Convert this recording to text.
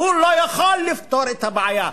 לא יכול לפתור את הבעיה.